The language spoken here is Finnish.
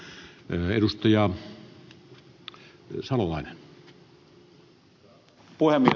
arvoisa puhemies